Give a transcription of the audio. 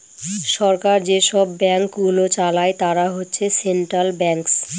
সরকার যেসব ব্যাঙ্কগুলো চালায় তারা হচ্ছে সেন্ট্রাল ব্যাঙ্কস